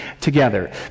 together